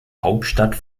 hauptstadt